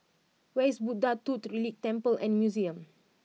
where is Buddha Tooth Relic Temple and Museum